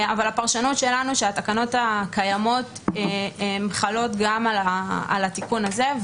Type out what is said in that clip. אבל הפרשנות שלנו שהתקנות הקיימות הן חלות גם על התיקון הזה,